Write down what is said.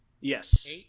Yes